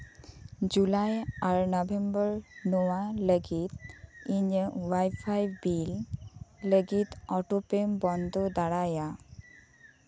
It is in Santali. ᱡᱩᱞᱟᱭ ᱟᱨ ᱱᱚᱵᱷᱮᱢᱵᱚᱨ ᱱᱚᱶᱟ ᱞᱟᱹᱜᱤᱫ ᱤᱧᱟᱹᱜ ᱚᱣᱟᱭ ᱯᱷᱟᱭ ᱵᱤᱞ ᱞᱟᱹᱜᱤᱫ ᱚᱴᱳ ᱯᱮᱢ ᱵᱚᱱᱫᱚ ᱫᱟᱲᱮᱭᱟᱜᱼᱟ